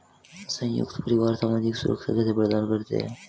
संयुक्त परिवार सामाजिक सुरक्षा कैसे प्रदान करते हैं?